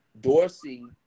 Dorsey